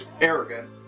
Arrogant